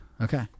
Okay